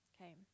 Okay